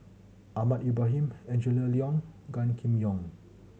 Ahmad Ibrahim Angela Liong Gan Kim Yong